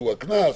שהוא הקנס.